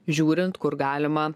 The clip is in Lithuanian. žiūrint kur galima